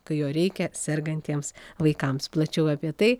kai jo reikia sergantiems vaikams plačiau apie tai